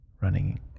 running